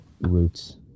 roots